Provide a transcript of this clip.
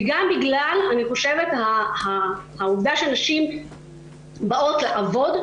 וגם בגלל העובדה שנשים באות לעבוד,